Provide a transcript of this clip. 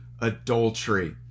adultery